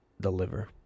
Deliver